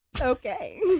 Okay